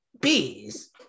Bees